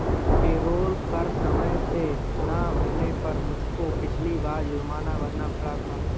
payroll कर समय से ना भरने पर मुझको पिछली बार जुर्माना भरना पड़ा था